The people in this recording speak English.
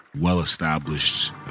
well-established